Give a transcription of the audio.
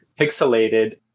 pixelated